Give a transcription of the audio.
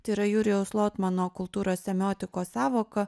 tai yra jurijaus lotmano kultūros semiotikos sąvoką